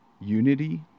unity